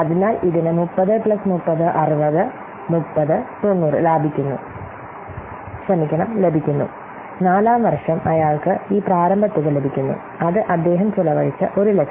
അതിനാൽ ഇതിന് 30 പ്ലസ് 30 60 30 90 ലഭിക്കുന്നു നാലാം വർഷം അയാൾക്ക് ഈ പ്രാരംഭ തുക ലഭിക്കുന്നു അത് അദ്ദേഹം ചെലവഴിച്ച 100000